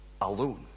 alone